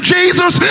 Jesus